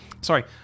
Sorry